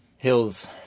hills